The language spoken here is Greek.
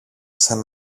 σαν